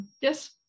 yes